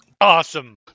Awesome